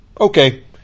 Okay